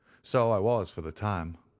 so i was for the time.